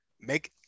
make